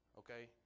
okay